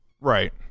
Right